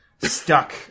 stuck